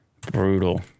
Brutal